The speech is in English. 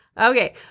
Okay